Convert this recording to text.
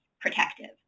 protective